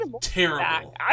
terrible